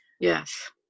yes